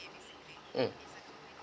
mm